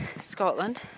Scotland